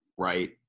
Right